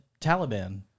Taliban